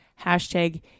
hashtag